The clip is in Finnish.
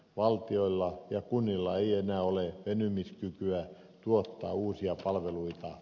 valtiolla ja kunnilla ei enää ole venymiskykyä tuottaa uusia palveluita